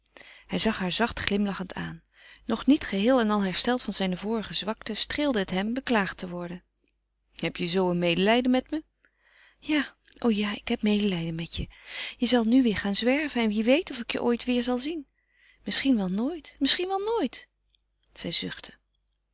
hij zag haar zacht glimlachend aan nog niet geheel en al hersteld van zijne vorige zwakte streelde het hem beklaagd te worden heb je zoo een medelijden met me ja o ja ik heb medelijden met je je zal nu weêr gaan zwerven en wie weet of ik je ooit weêr zal zien misschien wel nooit misschien wel nooit zij zuchtte